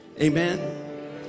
amen